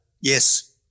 Yes